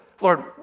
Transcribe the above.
Lord